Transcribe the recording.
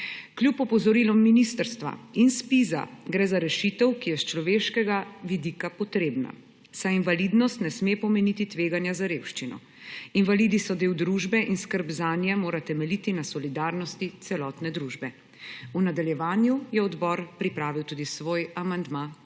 Kljub opozorilom ministrstva in ZPIZ gre za rešitev, ki je s človeškega vidika potrebna, saj invalidnost ne sme pomeniti tveganja za revščino. Invalidi so del družbe in skrb zanje mora temeljiti na solidarnosti celotne družbe. V nadaljevanju je odbor pripravil tudi svoj amandma k 1.